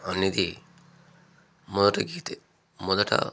అనేది మొదటి గీతే మొదట